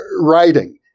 writing